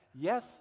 Yes